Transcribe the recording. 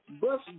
Bus